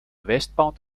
westbound